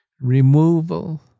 removal